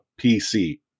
PC